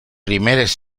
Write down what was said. primeres